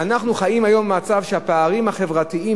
אנחנו חיים היום במצב שהפערים החברתיים,